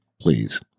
Please